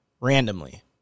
randomly